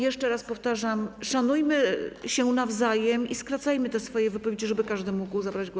Jeszcze raz powtarzam: szanujmy się nawzajem i skracajmy swoje wypowiedzi, żeby każdy mógł zabrać głos.